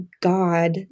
God